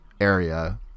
area